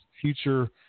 future